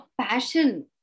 passion